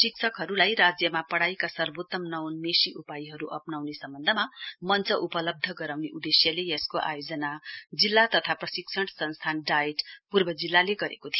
शिक्षकहरुलाई राज्यमा पढ़ाइका सर्वोत्तम नवोन्मेषी उपायहरु अप्राउन सम्बन्धमा मंच उपलब्ध गराउने उदेश्यले यसको आयोजना जिल्ला तथा प्रशिक्षण संस्थान डाइट पूर्व जिल्लाले गरेको थियो